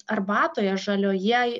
arbatoje žalioje